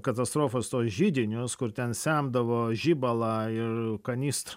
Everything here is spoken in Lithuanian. katastrofos tuos židinius kur ten semdavo žibalą ir kanist